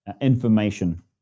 information